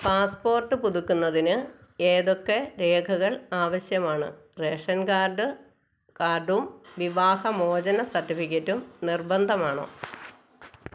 passport പുതുക്കുന്നതിന് ഏതൊക്കെ രേഖകൾ ആവശ്യമാണ് റേഷൻ കാർഡ് കാർഡും വിവാഹമോചന സർട്ടിഫിക്കറ്റും നിർബന്ധമാണോ